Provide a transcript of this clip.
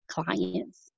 clients